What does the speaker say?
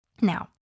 Now